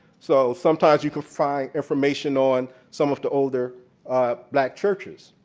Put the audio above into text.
so sometimes you could find information on some of the older black churches.